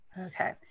Okay